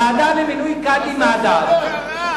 ועדה למינוי קאדים מד'הב,